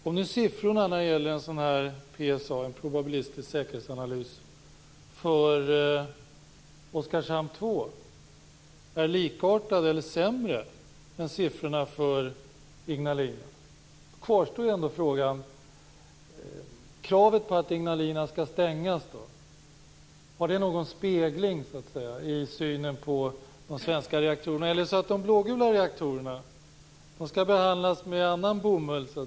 Om nu siffrorna när det gäller en probabilistisk säkerhetsanalys, PSA, för Oskarshamn 2 är likartade eller sämre än siffrorna för Ignalina kvarstår ändå frågan: Har kravet på att Ignalina skall stängas någon spegling i synen på de svenska reaktorerna? Skall de blågula reaktorerna behandlas med annan bomull?